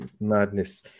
Madness